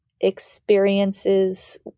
experiences